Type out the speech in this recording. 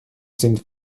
sind